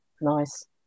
nice